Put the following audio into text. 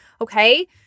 Okay